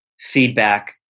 feedback